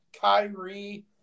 Kyrie